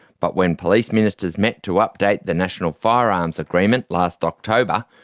but when police ministers met to update the national firearms agreement last october,